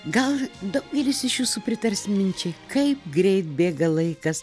gal daugelis iš jūsų pritars minčiai kaip greit bėga laikas